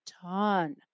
ton